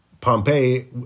Pompeii